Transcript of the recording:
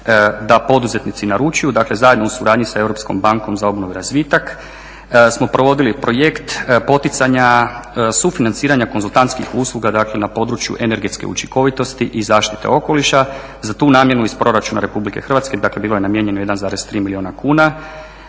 da poduzetnici naručuju. Dakle zajedno u suradnji sa Europskom bankom za obnovu i razvitak smo provodili projekt poticanja sufinanciranja konzultantskih usluga dakle na području energetske učinkovitosti i zaštite okoliša. Za tu namjenu iz proračuna Republike Hrvatske dakle bilo ja namijenjeno 1,3 milijuna kuna.